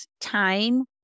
time